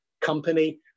company